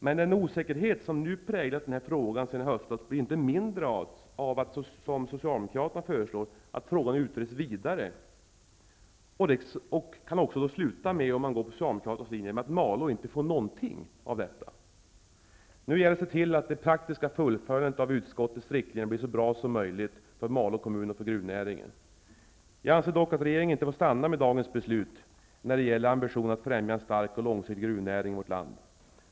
Men den osäkerhet som nu präglat den här frågan sedan i höstas blir inte mindre av att, som Socialdemokraterna föreslår, frågan utreds vidare. Följs Socialdemokraternas linje kan det sluta med att Malå inte får någonting. Nu gäller det att se till att det praktiska fullföljandet av utskottets riktlinjer blir så bra som möjligt för Jag anser dock att regeringen inte får stanna vid dagens beslut när det gäller ambitionen att främja en stark och långsiktig gruvnäring i vårt land.